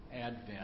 Advent